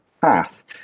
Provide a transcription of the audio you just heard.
path